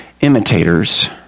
imitators